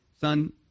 son